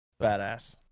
Badass